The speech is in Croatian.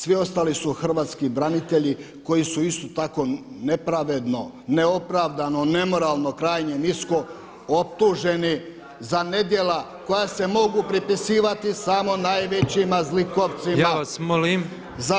Svi ostali su hrvatski branitelji koji su isto tako nepravedno, neopravdano, nemoralno krajnje nisko optuženi za nedjela koja se mogu pripisivati samo najvećima zlikovcima.